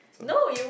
that's why